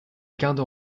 garde